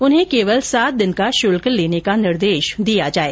उन्हें केवल सात दिन का शुल्क लेने का निर्देश दिया जाये